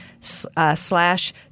slash